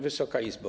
Wysoka Izbo!